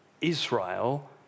Israel